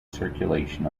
circulation